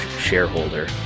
shareholder